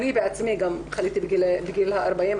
אני בעצמי גם חליתי בגיל 40,